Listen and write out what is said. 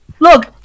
Look